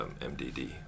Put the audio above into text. MDD